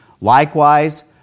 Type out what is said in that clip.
Likewise